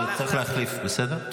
צריך להחליף, בסדר?